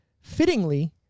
Fittingly